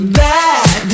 bad